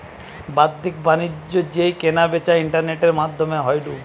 বাদ্দিক বাণিজ্য যেই কেনা বেচা ইন্টারনেটের মাদ্ধমে হয়ঢু